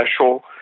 special